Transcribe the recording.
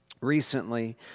recently